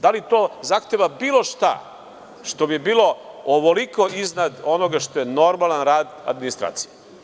Da li to zahteva bilo šta, što bi bilo ovoliko iznad onoga što je normalan rad administracije?